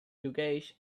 luggage